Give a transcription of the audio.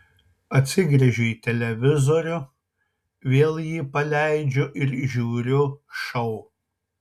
atsigręžiu į televizorių vėl jį paleidžiu ir žiūriu šou